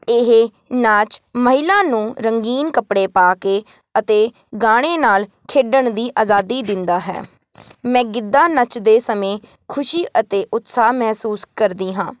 ਇਹ ਨਾਚ ਮਹਿਲਾ ਨੂੰ ਰੰਗੀਨ ਕੱਪੜੇ ਪਾ ਕੇ ਅਤੇ ਗਾਣੇ ਨਾਲ ਖੇਡਣ ਦੀ ਆਜ਼ਾਦੀ ਦਿੰਦਾ ਹੈ ਮੈਂ ਗਿੱਧਾ ਨੱਚਦੇ ਸਮੇਂ ਖੁਸ਼ੀ ਅਤੇ ਉਤਸ਼ਾਹ ਮਹਿਸੂਸ ਕਰਦੀ ਹਾਂ